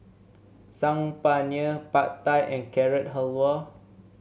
Saag Paneer Pad Thai and Carrot Halwa